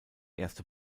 erste